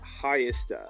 highest